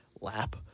lap